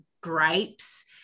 gripes